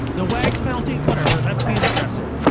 the wags penalty, whatever that's being aggressive,